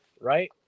right